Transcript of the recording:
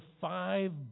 five